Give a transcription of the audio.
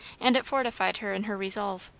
and it fortified her in her resolve.